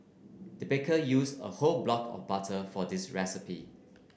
the baker used a whole block of butter for this recipe